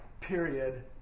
period